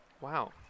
Wow